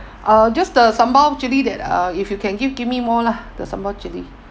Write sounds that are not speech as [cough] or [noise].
[breath] uh just the sambal chili that uh if you can give give me more lah the sambal chili